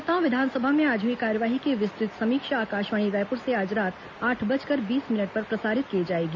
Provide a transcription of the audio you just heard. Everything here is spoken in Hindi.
श्रोताओं विधानसभा में आज हुई कार्यवाही की विस्तृत समीक्षा आकाशवाणी रायपुर से आज रात आठ बजकर बीस मिनट पर प्रसारित की जाएगी